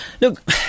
Look